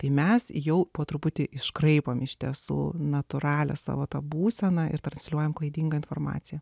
kai mes jau po truputį iškraipomi iš tiesų natūralią savo tą būseną ir transliuojame klaidingą informaciją